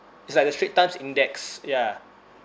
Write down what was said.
it's like the straits times index ya